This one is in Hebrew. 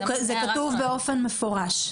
זה כתוב באופן מפורש.